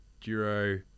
Duro